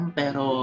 pero